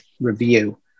review